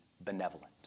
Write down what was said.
benevolent